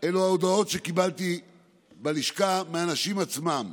זה ההודעות שקיבלתי בלשכה מהאנשים עצמם,